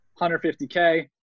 150K